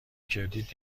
کبریت